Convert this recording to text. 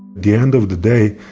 the end of the day,